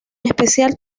especial